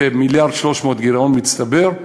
ו-1.3 מיליארד גירעון מצטבר,